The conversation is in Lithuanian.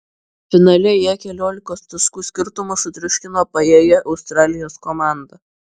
finale jie keliolikos taškų skirtumu sutriuškino pajėgią australijos komandą